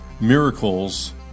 Miracles